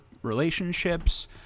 relationships